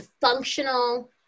functional